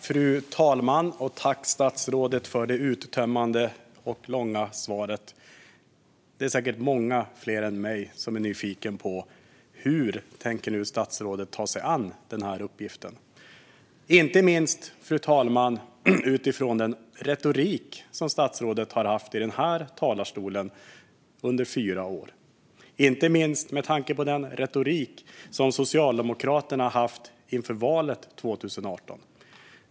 Fru talman! Tack, statsrådet, för det uttömmande och långa svaret! Det är säkert många fler än jag som är nyfikna på: Hur tänker statsrådet ta sig an denna uppgift? Fru talman! Det kan man undra, inte minst med tanke på den retorik som statsrådet har haft i denna talarstol under fyra år och inte minst med tanke på den retorik som Socialdemokraterna hade inför valet 2018.